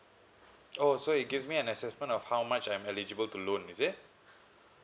oh so it gives me an assessment of how much I'm eligible to loan is it